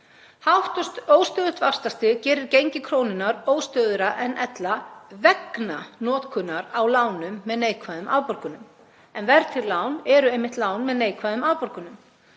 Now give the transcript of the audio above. Hátt og óstöðugt vaxtastig gerir gengi krónunnar óstöðugra en ella vegna notkunar á lánum með neikvæðum afborgunum en verðtryggð lán eru einmitt lán með neikvæðum afborgunum.